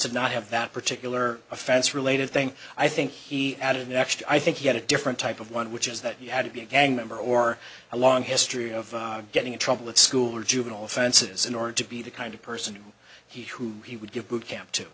and not have that particular offense related thing i think he added next i think he had a different type of one which is that you had to be a gang member or a long history of getting in trouble at school or juvenile offenses in order to be the kind of person he who he would give boot camp to